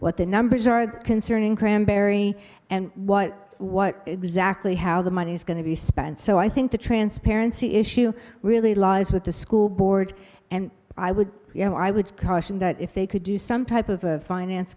what the numbers are concerning cranberry and what what exactly how the money's going to be spent so i think the transparency issue really lies with the school board and i would you know i would caution that if they could do some type of a finance